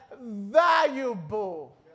valuable